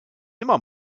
immer